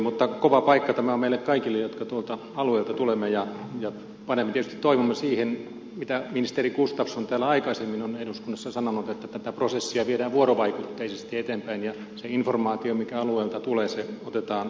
mutta kova paikka tämä on meille kaikille jotka tuolta alueelta tulemme ja panemme tietysti toivomme siihen mitä ministeri gustafsson täällä aikaisemmin on eduskunnassa sanonut että tätä prosessia viedään vuorovaikutteisesti eteenpäin ja se informaatio mikä alueelta tulee se otetaan vakavasti